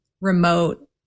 remote